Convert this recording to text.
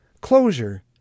Closure